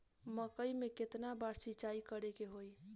मकई में केतना बार सिंचाई करे के होई?